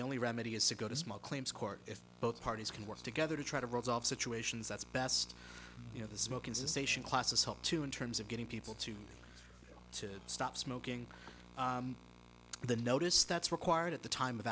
the only remedy is to go to small claims court if both parties can work together to try to resolve situations that's best you know the smoking cessation classes help too in terms of getting people to to stop smoking the notice that's required at the time of